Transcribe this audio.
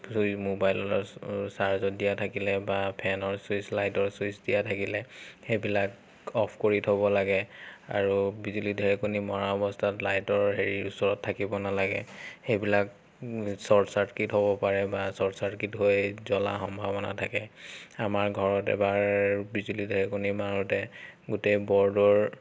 switch মোবাইলৰ চু চাৰ্জত দিয়া থাকিলে বা ফেনৰ চুইচ লাইটৰ চুইচ দিয়া থাকিলে সেইবিলাক অফ কৰি থ'ব লাগে আৰু বিজুলী ঢেৰেকনি মৰা অৱস্থাত লাইটৰ হেৰি ওচৰত থাকিব নালাগে সেইবিলাক চৰ্ট চাৰ্কিট হ'ব পাৰে বা চৰ্ট চাৰ্কিট হৈ জ্বলা সম্ভাৱনা থাকে আমাৰ ঘৰত এবাৰ বিজুলী ঢেৰেকনি মাৰোঁতে গোটেই ব'ৰ্ডৰ